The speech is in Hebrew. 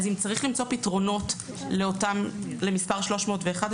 אם צריך למצוא פתרונות למספר 301,